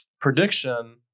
prediction